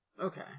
Okay